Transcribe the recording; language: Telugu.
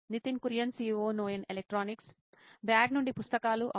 నితిన్ కురియన్ COO నోయిన్ ఎలక్ట్రానిక్స్ బ్యాగ్ నుండి పుస్తకాలు అవును